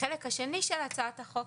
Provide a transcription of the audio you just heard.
החלק השני של הצעת החוק,